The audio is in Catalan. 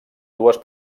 dues